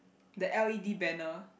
the l_e_d banner